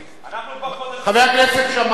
אנחנו כבר חודשים, חבר הכנסת שאמה,